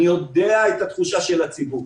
אני יודע את התחושה של הציבור.